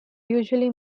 usually